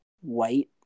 white